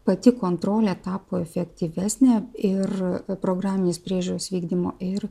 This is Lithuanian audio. pati kontrolė tapo efektyvesnė ir programinės priežiūros vykdymo ir